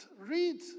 read